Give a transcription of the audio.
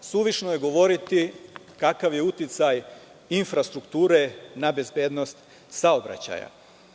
Suvišno je govoriti kakav je uticaj infrastrukture na bezbednost saobraćaja. Postavlja